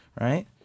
right